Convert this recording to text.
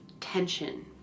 tension